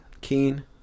Keen